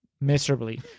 miserably